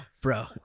Bro